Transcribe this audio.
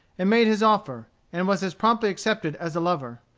and made his offer, and was as promptly accepted as a lover.